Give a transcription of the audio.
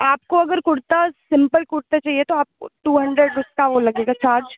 आपको अगर कुर्ता सिम्पल कुर्ता चाहिए तो आपको टू हंड्रेड उसका वो लगेगा चार्ज